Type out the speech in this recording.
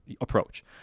approach